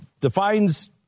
defines